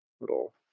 little